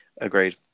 agreed